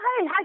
hey